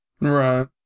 Right